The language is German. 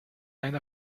ein